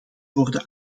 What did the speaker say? worden